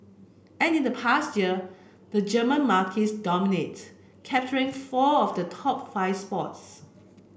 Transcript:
an in past year the German marques dominate capturing four of the top five spots